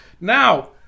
now